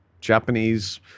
Japanese